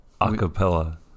Acapella